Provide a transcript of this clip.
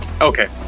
Okay